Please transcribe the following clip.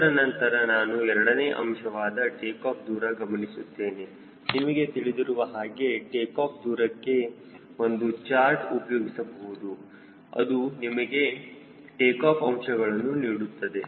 ಇದರ ನಂತರ ನಾವು ಎರಡನೇ ಅಂಶವಾದ ಟೇಕಾಫ್ ದೂರ ಗಮನಿಸುತ್ತೇವೆ ನಿಮಗೆ ತಿಳಿದಿರುವ ಹಾಗೆ ಟೇಕಾಫ್ ದೂರಕ್ಕೆ ಒಂದು ಚಾರ್ಟ್ ಉಪಯೋಗಿಸಬಹುದು ಅದು ನಿಮಗೆ ಟೇಕಾಫ್ ಅಂಶಗಳನ್ನು ನೀಡುತ್ತದೆ